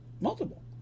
multiple